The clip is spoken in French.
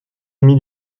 ami